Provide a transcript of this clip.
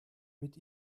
mit